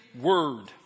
word